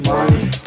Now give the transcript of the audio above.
Money